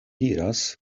diras